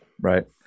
Right